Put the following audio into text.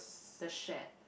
the shed